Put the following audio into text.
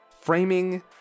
framing